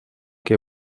que